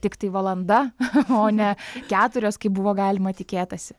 tiktai valanda o ne keturios kaip buvo galima tikėtasi